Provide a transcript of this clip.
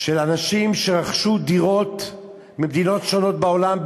של אנשים שרכשו דירות במדינות שונות בעולם,